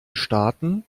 staaten